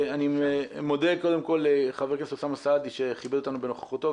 אני מודה לחבר הכנסת אוסאמה סעדי שכיבד אותנו בנוכחותו.